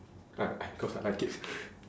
I I cause I like it